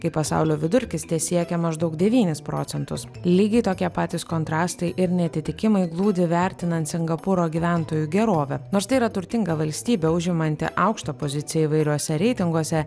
kai pasaulio vidurkis tesiekia maždaug devynis procentus lygiai tokie patys kontrastai ir neatitikimai glūdi vertinant singapūro gyventojų gerovę nors tai yra turtinga valstybė užimanti aukštą poziciją įvairiuose reitinguose